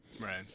Right